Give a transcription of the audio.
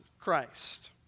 Christ